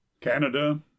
Canada